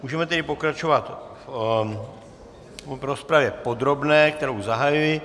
Můžeme tedy pokračovat v rozpravě podrobné, kterou zahajuji.